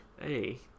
hey